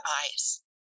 eyes